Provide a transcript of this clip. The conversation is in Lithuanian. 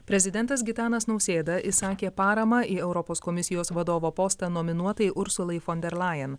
prezidentas gitanas nausėda išsakė paramą į europos komisijos vadovo postą nominuotai ir ursulai fon der lajen